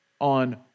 on